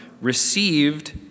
received